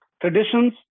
Traditions